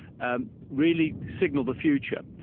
ah really signalled the future.